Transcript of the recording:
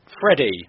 Freddie